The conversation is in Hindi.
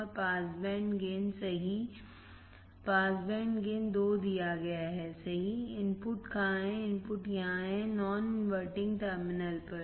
और पास बैंड गेन सही पास बैंड गेन 2 दिया गया है सही इनपुट कहाँ है इनपुट यहां है नॉन इनवर्टिंग टर्मिनल पर